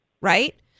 right